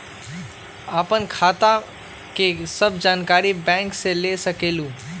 आपन खाता के सब जानकारी बैंक से ले सकेलु?